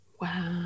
wow